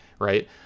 right